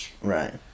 Right